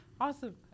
Awesome